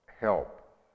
help